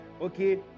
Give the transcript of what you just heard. Okay